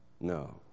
No